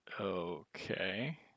okay